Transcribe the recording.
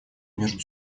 между